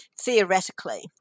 theoretically